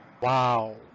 Wow